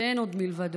שאין עוד מלבדו.